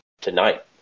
tonight